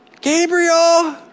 Gabriel